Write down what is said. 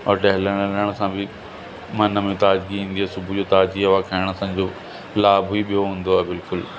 और टहिलण वहिलण सां बि मन में ताज़गी ईंदी आहे सुबूह जो ताज़ी हवा खाइणु असांजो लाभ ई ॿियो हूंदो आहे बिल्कुलु